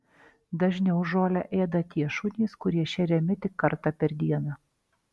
dažniau žolę ėda tie šunys kurie šeriami tik kartą per dieną